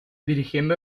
dirigiendo